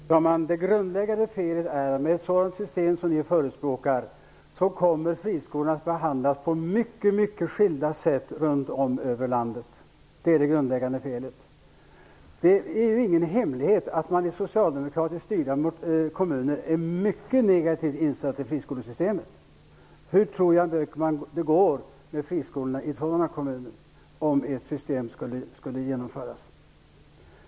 Herr talman! Det grundläggande felet är att med ett sådant system som ni förespråkar kommer friskolorna att behandlas på mycket skilda sätt runt om i landet. Det är ingen hemlighet att man i socialdemokratiskt styrda kommuner är mycket negativt inställd till friskolesystemet. Hur tror Jan Björkman att det går med friskolorna i sådana kommuner, om ert system skulle genomföras?